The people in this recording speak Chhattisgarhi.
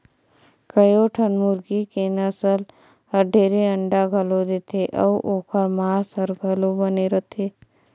कयोठन मुरगी के नसल हर ढेरे अंडा घलो देथे अउ ओखर मांस हर घलो बने रथे